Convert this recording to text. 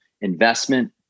investment